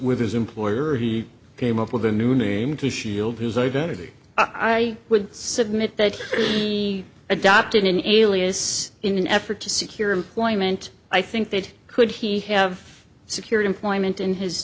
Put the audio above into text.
with his employer or he came up with a new name to shield his identity i would submit that the adopt an alias in an effort to secure employment i think that could he have secured employment in his